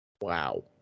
Wow